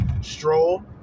stroll